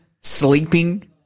sleeping